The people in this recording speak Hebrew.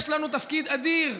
יש לנו תפקיד אדיר: